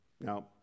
Now